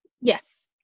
Yes